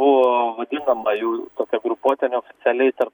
buvo vadinama jų tokia grupuotė neoficialiai tar